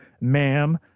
Ma'am